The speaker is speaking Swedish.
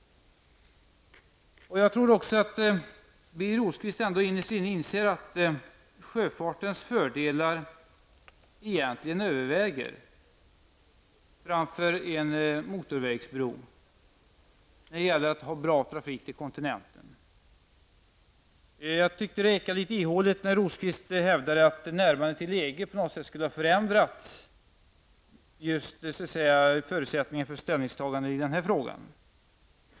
Jag tror att Birger Rosqvist innerst inne inser att sjöfartens fördelar egentligen överväger vid en jämförelse med en motorvägsbro när det gäller att upprätthålla bra trafik till kontinenten. Det ekade litet ihåligt när Birger Rosqvist hävdade att ett närmande till EG på något sätt skulle ha förändrat förutsättningarna för ett ställningstagande i denna fråga.